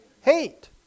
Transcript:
hate